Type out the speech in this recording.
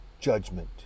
judgment